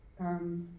comes